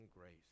grace